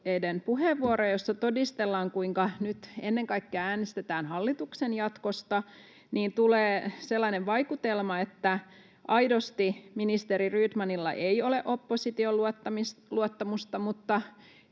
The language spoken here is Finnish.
puheenvuoroja, joissa todistellaan, kuinka nyt ennen kaikkea äänestetään hallituksen jatkosta, niin tulee sellainen vaikutelma, että aidosti ministeri Rydmanilla ei ole opposition luottamusta mutta